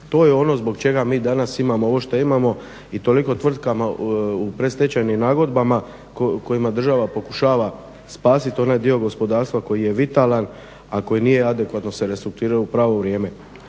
to je ono zbog čega mi danas imamo ovo što imamo i toliko tvrtki u predstečajnim nagodbama kojima država pokušava spasiti onaj dio gospodarstva koji je vitalan a koji se nije adekvatno restrukturirao u pravo vrijeme.